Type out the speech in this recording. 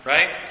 Right